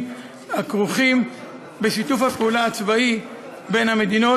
הכרוכים בשיתוף הפעולה הצבאי בין המדינות.